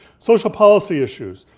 social policy issues,